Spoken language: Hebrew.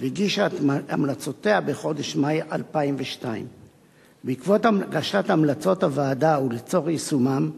והגישה את המלצותיה בחודש מאי 2002. בעקבות הגשת המלצות הוועדה ולצורך יישומן,